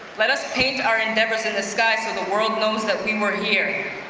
let us paint our endeavors in the sky so the world knows that we were here.